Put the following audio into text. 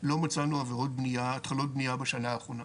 לא מצאנו עבירות בנייה שנה האחרונה.